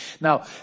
Now